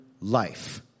life